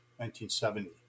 1970